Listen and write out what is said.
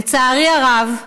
לצערי הרב,